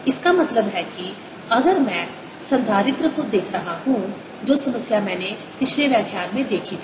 इसका मतलब है कि अगर मैं संधारित्र को देख रहा हूं जो समस्या मैंने पिछले व्याख्यान में देखी थी